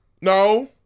No